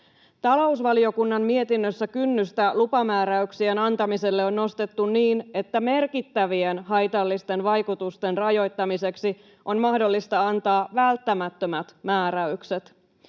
Talousvaliokunnan mietinnössä kynnystä lupamääräyksien antamiselle on nostettu niin, että merkittävien haitallisten vaikutusten rajoittamiseksi on mahdollista antaa välttämättömät määräykset.